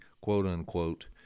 quote-unquote